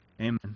Amen